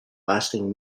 lasting